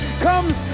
comes